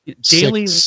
daily